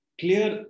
clear